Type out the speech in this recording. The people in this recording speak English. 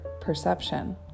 perception